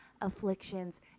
afflictions